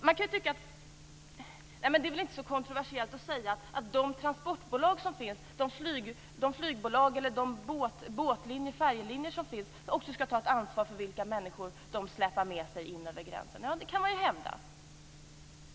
Man kan ju hävda att det inte är så kontroversiellt att säga att de transportbolag som finns, flygbolagen och färjelinjerna, också skall ta ett ansvar för de människor som de transporterar över gränsen.